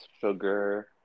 sugar